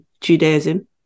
Judaism